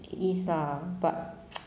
it is lah but